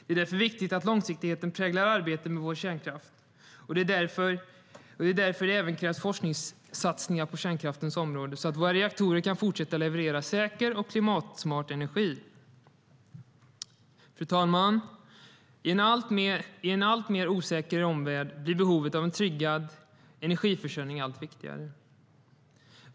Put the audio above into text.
Det är därför viktigt att långsiktigheten präglar arbetet med vår kärnkraft, och det är därför det även krävs forskningssatsningar på kärnkraftens område så att våra reaktorer kan fortsätta leverera säker och klimatsmart energi. Fru talman! I en alltmer osäker omvärld blir behovet av en tryggad energiförsörjning allt viktigare.